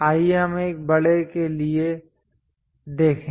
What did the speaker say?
आइए हम एक बड़े के लिए देखें